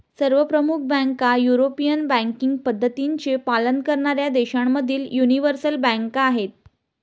सर्व प्रमुख बँका युरोपियन बँकिंग पद्धतींचे पालन करणाऱ्या देशांमधील यूनिवर्सल बँका आहेत